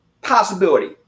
possibility